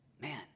man